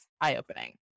eye-opening